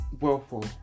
Willful